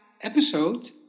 episode